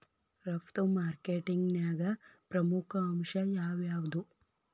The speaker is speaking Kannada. ರಫ್ತು ಮಾರ್ಕೆಟಿಂಗ್ನ್ಯಾಗ ಪ್ರಮುಖ ಅಂಶ ಯಾವ್ಯಾವ್ದು?